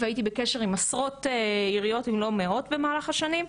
והייתי בקשר עם עשרות עיריות אם לא מאות במהלך השנים,